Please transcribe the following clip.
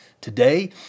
today